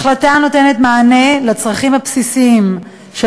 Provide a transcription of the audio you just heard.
החלטה הנותנת מענה לצרכים הבסיסיים של